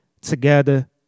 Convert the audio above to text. together